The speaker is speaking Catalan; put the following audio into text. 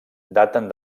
daten